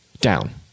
down